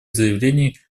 заявлений